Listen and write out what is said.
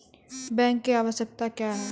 Bank की आवश्यकता क्या हैं?